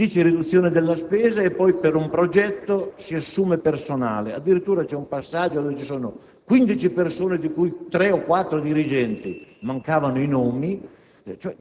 di riduzione della spesa e poi per un progetto si assume personale, addirittura c'è un passaggio dove si parla di 15 persone, di cui 3 o 4 dirigenti: non cavano i nomi,